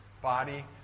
body